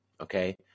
okay